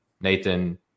Nathan